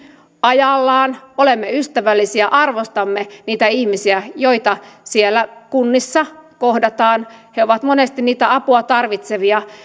ajallaan olemme ystävällisiä arvostamme niitä ihmisiä joita siellä kunnissa kohtaamme he ovat monesti niitä apua tarvitsevia